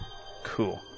Cool